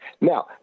Now